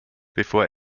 bevor